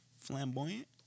flamboyant